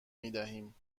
میدهیم